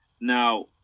Now